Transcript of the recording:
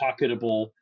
pocketable